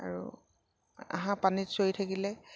আৰু হাঁহ পানীত চৰি থাকিলে